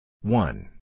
One